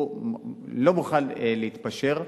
הוא לא מוכן להתפשר.